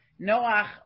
Noach